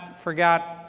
forgot